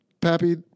Pappy